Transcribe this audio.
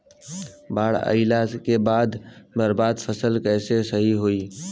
बाढ़ आइला के बाद बर्बाद फसल कैसे सही होयी?